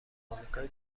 آمریکای